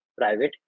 private